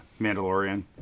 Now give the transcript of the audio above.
Mandalorian